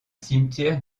cimetière